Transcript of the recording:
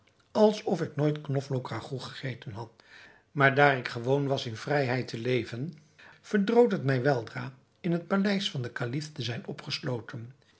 of ik nooit knoflook ragout gegeten had maar daar ik gewoon was in vrijheid te leven verdroot het mij weldra in het paleis van den kalif te zijn opgesloten